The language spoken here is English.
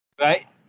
Right